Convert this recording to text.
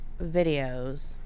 videos